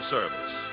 Service